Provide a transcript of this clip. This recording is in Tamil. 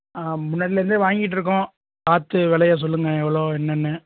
ஆ முன்னாடியிலேருந்தே வாங்கிட்டிருக்கோம் பார்த்து விலையச் சொல்லுங்கள் எவ்வளோ என்னென்னு